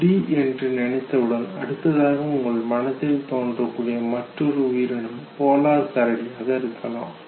முடி என்று நினைத்தவுடன் அடுத்ததாக உங்கள் மனதில் தோன்றக்கூடிய மற்றொரு உயிரினம் போலார் கரடியாக இருக்கலாம்